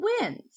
wins